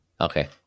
Okay